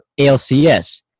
ALCS